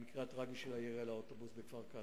המקרה הטרגי של הירי על האוטובוס בכפר-קאסם,